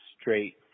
straight